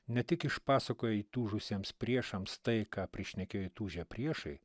ne tik išpasakojo įtūžusiems priešams tai ką prišnekėjo įtūžę priešai